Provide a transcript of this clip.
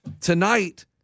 tonight